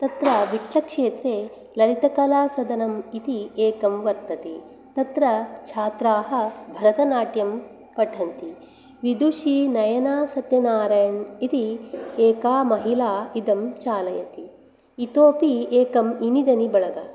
तत्र क्षेत्रे ललितकलासदनम् इति एकं वर्तते तत्र छात्राः भरतनाट्यं पठन्ति विदुषी नयना सत्यनारायण् इति एका महिला इदं चालयति इतोऽपि एकम् इनिदनिवरद